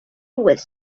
with